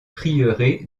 prieuré